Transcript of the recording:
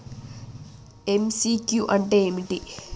MCQ అంటే ఏమిటి?